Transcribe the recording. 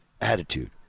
attitude